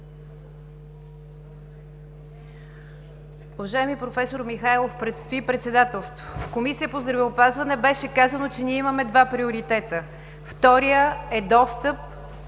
Уважаеми професор Михайлов, предстои председателство. В Комисията по здравеопазването беше казано, че ние имаме два приоритета. Вторият е достъп